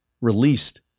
released